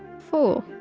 four